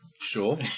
sure